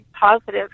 positive